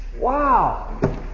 Wow